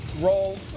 Roll